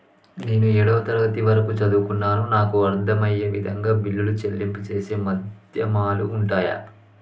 నేను ఏడవ తరగతి వరకు చదువుకున్నాను నాకు అర్దం అయ్యే విధంగా బిల్లుల చెల్లింపు చేసే మాధ్యమాలు ఉంటయా?